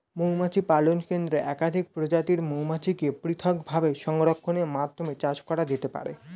মৌমাছি পালন কেন্দ্রে একাধিক প্রজাতির মৌমাছিকে পৃথকভাবে সংরক্ষণের মাধ্যমে চাষ করা যেতে পারে